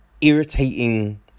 irritating